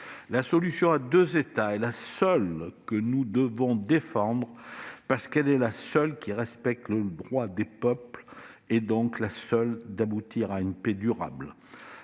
La solution à deux États est la seule que nous devons défendre, parce qu'elle est la seule qui respecte le droit des peuples, donc la seule capable d'aboutir à une paix durable.